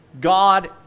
God